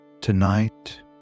Tonight